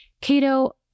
Cato